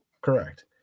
Correct